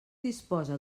disposa